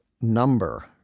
number